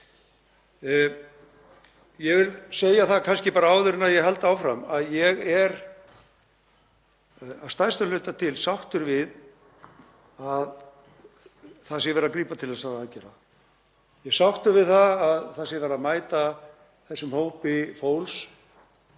Ég vil segja það bara áður en ég held áfram að ég er að stærstum hluta til sáttur við að það sé verið að grípa til þessara aðgerða. Ég er sáttur við að það sé verið að mæta þessum hópi fólks